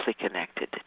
connected